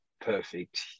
perfect